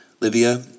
Livia